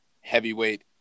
heavyweight